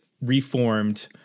reformed